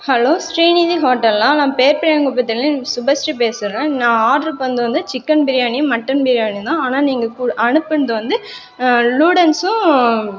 hello Srinidhi ஹோட்டலா நான் பேப்பயங்குப்பத்துலிருந்து சுபஸ்ரீ பேசுறேன் நான் ஆர்டர் பண்ணிணது வந்து சிக்கன் பிரியாணி மட்டன் பிரியாணியும்தான் ஆனால் நீங்கள் கு அனுப்பனது வந்து லூடன்ஸும்